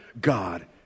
God